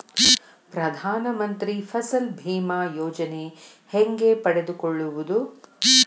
ಪ್ರಧಾನ ಮಂತ್ರಿ ಫಸಲ್ ಭೇಮಾ ಯೋಜನೆ ಹೆಂಗೆ ಪಡೆದುಕೊಳ್ಳುವುದು?